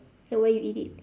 and where you eat it